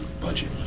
budget